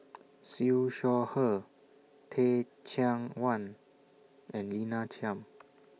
Siew Shaw Her Teh Cheang Wan and Lina Chiam